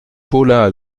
paula